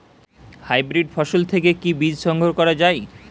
Hybrid ফসল থেকে কি বীজ সংগ্রহ করা য়ায়?